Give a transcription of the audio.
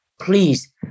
please